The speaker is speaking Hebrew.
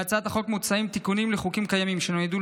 בהצעת החוק מוצעים תיקונים לחוקים קיימים שנועדו